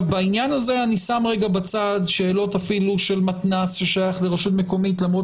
בעניין הזה אני שם רגע בצד גם שאלות של מתנ"ס ששייך לרשות מקומית למרות